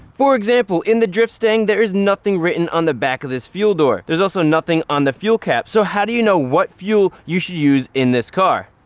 for example in the drift staying there is nothing written on the back of this fuel door. there's also nothing the fuel cap so how do you know what fuel you should use in this car?